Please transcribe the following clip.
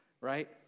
right